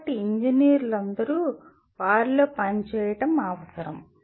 కాబట్టి ఇంజనీర్లందరూ వారిలో పనిచేయడం అవసరం